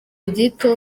gito